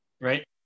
right